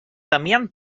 temien